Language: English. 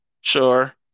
Sure